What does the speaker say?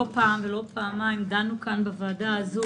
לא פעם ולא פעמיים דנו כאן בוועדה הזו